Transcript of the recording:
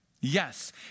Yes